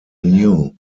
anew